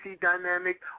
dynamic